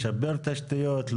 לשפר תשתיות,